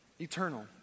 eternal